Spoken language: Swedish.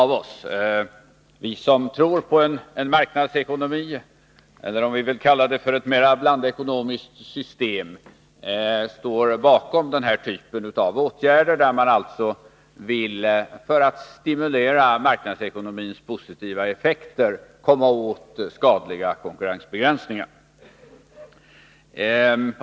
Vi som tror på en marknadsekonomi — eller om vi skall kalla det för ett blandekonomiskt system — står bakom den här typen av åtgärder. I syfte att stimulera marknadsekonomins positiva effekter vill man alltså komma åt skadliga konkurrensbegränsningar.